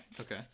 Okay